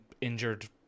injured